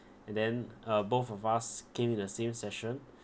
and then uh both of us came in the same session